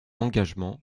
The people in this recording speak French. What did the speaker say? engagement